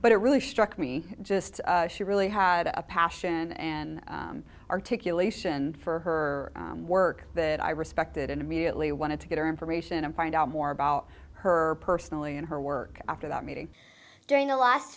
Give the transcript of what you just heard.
but it really struck me just she really had a passion and articulation for her work that i respected and immediately wanted to get her information and find out more about her personally and her work after that meeting during the last